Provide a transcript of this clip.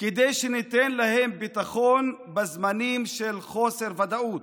כדי שניתן להם ביטחון בזמנים של חוסר ודאות,